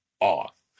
off